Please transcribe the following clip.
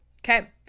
Okay